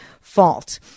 fault